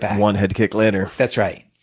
one head kick later. that's right.